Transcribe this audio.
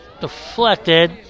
deflected